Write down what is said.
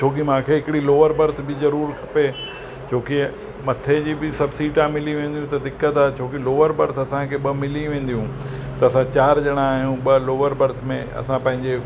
छो कि मूंखे हिकिड़ी लोवर बर्थ बि ज़रूरु खपे छो कि मथे जी बि सभु सीटां मिली वेंदियूं त दिक़त आहे छो कि लोवर बर्थ असांखे ॿ मिली वेंदियूं त असां चार ॼणा आहियूं ॿ लोवर बर्थ में असां पंहिंजे